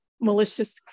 malicious